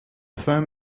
firm